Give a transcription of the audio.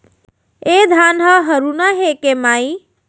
ए धान ह हरूना हे के माई?